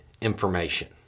information